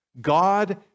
God